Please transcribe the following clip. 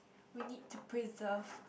we need to preserve